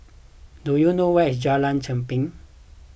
do you know where is Jalan Cherpen